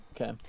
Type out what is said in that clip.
Okay